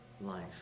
life